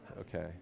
Okay